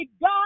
God